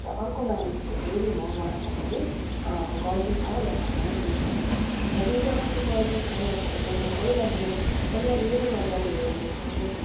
र अर्को मानिसको फेरि म उहाँको पनि गल्ती छ या छैन बुझ्नेछु र दुईजनाको गल्ती छ या छैन म पहिला मेरो पहिला मेरो नजरले हेर्नेछु म